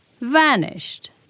vanished